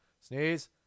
Sneeze